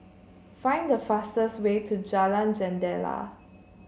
find the fastest way to Jalan Jendela